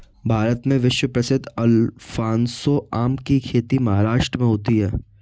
भारत में विश्व प्रसिद्ध अल्फांसो आम की खेती महाराष्ट्र में होती है